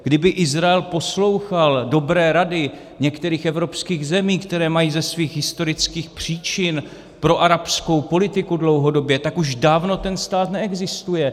Kdyby Izrael poslouchal dobré rady některých evropských zemí, které mají ze svých historických příčin proarabskou politiku dlouhodobě, tak už ten stát neexistuje.